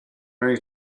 only